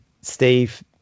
steve